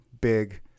big